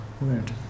Weird